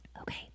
Okay